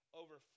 over